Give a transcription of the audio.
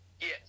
Yes